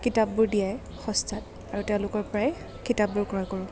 কিতাপবোৰ দিয়াই সস্তাত আৰু তেওঁলোকৰপৰাই কিতাপবোৰ ক্ৰয় কৰোঁ